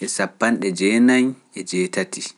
e sappanɗe jeenayi e jeetati.